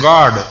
God